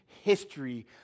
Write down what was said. history